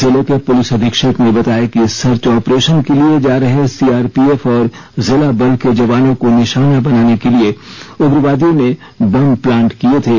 जिले के पुलिस अधीक्षक ने बताया कि सर्च ऑपरेशन के लिए जा रहे सीआरपीएफ और जिला बल के जवानों को निशाना बनाने के लिए उग्रवादियों ने बम प्लांट किए थे